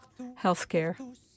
healthcare